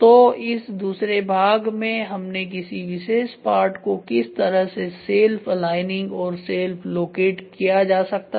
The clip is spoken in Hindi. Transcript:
तो इस दूसरे भाग में हमने किसी विशेष पार्ट को किस तरह से सेल्फ अलाइनिंग और सेल्फ लोकेट किया जा सकता है